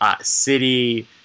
City